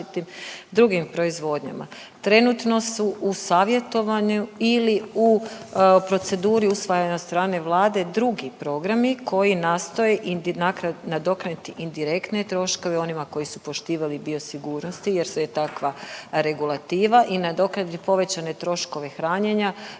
drugim proizvodnjama. Trenutno su u savjetovanju ili u proceduri usvajanja od strane Vlade drugi programi koji nastoje nadoknaditi indirektne troškove onima koji su poštivali biosigurnosti, jer je takva regulativa i nadoknaditi povećane troškove hranjenja